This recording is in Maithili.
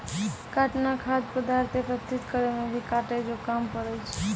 काटना खाद्य पदार्थ एकत्रित करै मे भी काटै जो काम पड़ै छै